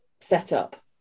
setup